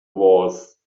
was